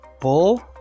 Bull